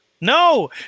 No